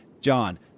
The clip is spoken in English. John